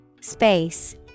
Space